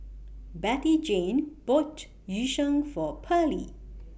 Bettyjane bought Yu Sheng For Pearly